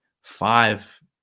Five